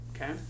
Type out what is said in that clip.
Okay